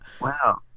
Wow